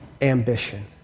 ambition